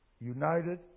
united